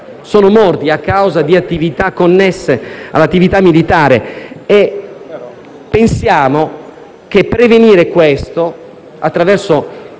sono morti a causa di attività connesse all'attività militare. Pensiamo che prevenire tutto questo attraverso